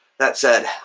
that said,